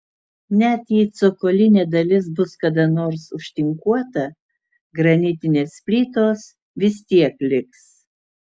net jei cokolinė dalis bus kada nors užtinkuota granitinės plytos vis tiek liks